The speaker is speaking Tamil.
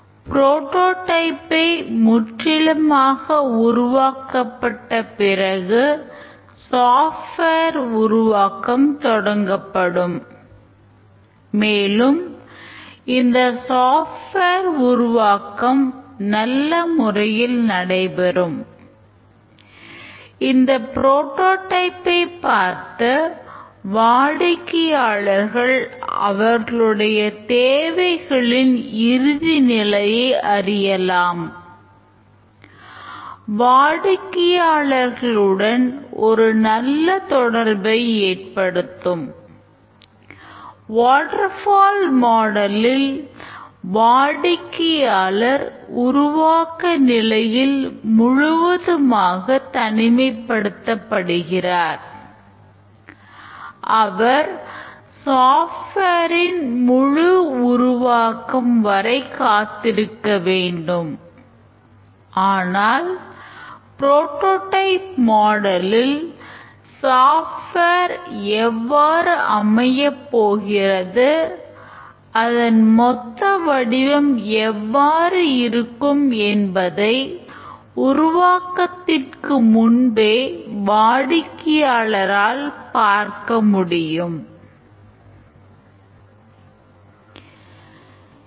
புரோடோடைப் எவ்வாறு அமையப்போகிறது அதன் மொத்த வடிவம் எவ்வாறு இருக்கும் என்பதை உருவாக்கத்திற்கு முன்பே வாடிக்கையாளரால் பார்க்க முடியும்